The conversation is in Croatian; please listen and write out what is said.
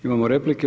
Imamo replike.